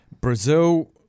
Brazil